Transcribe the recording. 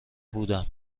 بودم